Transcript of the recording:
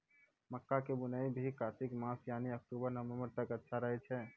मक्का के बुआई भी कातिक मास यानी अक्टूबर नवंबर तक अच्छा रहय छै